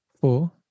four